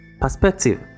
Perspective